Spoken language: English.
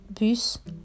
bus